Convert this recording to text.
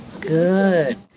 good